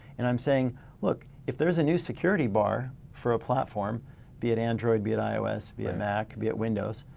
and i'm saying look if there is a new security bar for a platform be it android, be it ios, be it mac, be it windows,